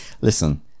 listen